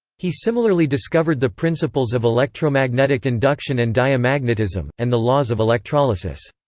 he similarly discovered the principles of electromagnetic induction and diamagnetism, and the laws of electrolysis.